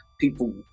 People